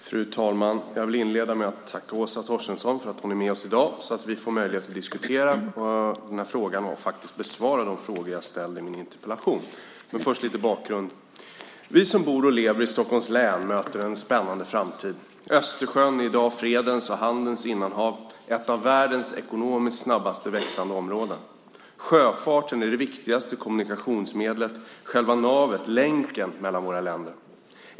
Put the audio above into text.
Fru talman! Jag vill inleda med att tacka Åsa Torstensson för att hon är med oss i dag så att vi får möjlighet att diskutera den här frågan och få svar på de frågor jag ställde i min interpellation. Men först ska jag ge lite bakgrund. Vi som bor och lever i Stockholms län möter en spännande framtid. Östersjön är i dag fredens och handelns innanhav, ett av världens ekonomiskt sett snabbast växande områden. Sjöfarten är det viktigaste kommunikationsmedlet, själva navet, länken mellan våra länder.